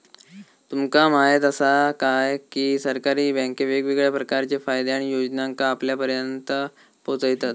तुमका म्हायत आसा काय, की सरकारी बँके वेगवेगळ्या प्रकारचे फायदे आणि योजनांका आपल्यापर्यात पोचयतत